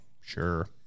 Sure